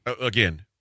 again